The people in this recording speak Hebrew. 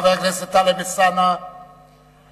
חבר הכנסת טלב אלסאנע, בבקשה.